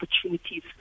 opportunities